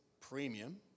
premium